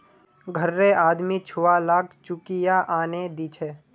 घररे आदमी छुवालाक चुकिया आनेय दीछे